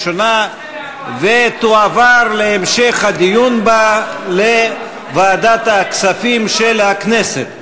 ראשונה ותועבר להמשך הדיון בה לוועדת הכספים של הכנסת.